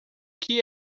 que